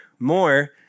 More